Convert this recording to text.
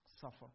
suffer